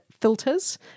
filters